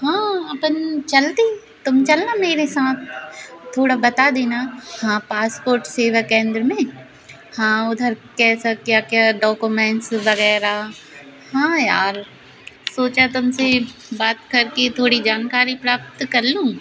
हाँ अपन चलती तुम चलना मेरे साथ थोड़ा बता देना हाँ पासपोर्ट सेवा केन्द्र में हाँ उधर कैसा क्या क्या डॉकोमेन्स वगैरह हाँ यार सोचा तुमसे बात करके थोड़ी जानकारी प्राप्त कर लूँ